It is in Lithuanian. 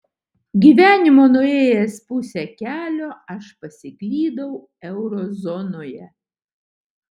gyvenimo nuėjęs pusę kelio aš pasiklydau eurozonoje